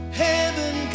heaven